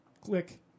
Click